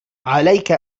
عليك